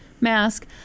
mask